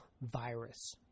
virus